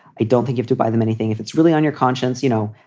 i don't think if you buy them anything, if it's really on your conscience, you know,